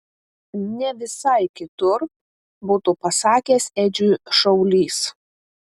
ne visai kitur būtų pasakęs edžiui šaulys